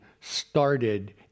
started